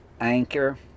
anchor